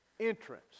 entrance